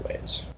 ways